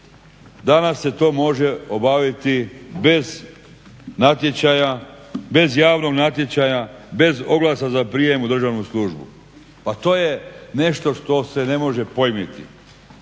danas se to može obaviti bez javnog natječaja, bez oglasa za prijem u državnu službu. Pa to je nešto što se ne može pojmiti.